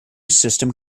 system